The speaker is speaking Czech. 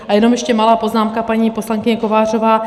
A jenom ještě malá poznámka, paní poslankyně Kovářová.